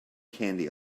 candy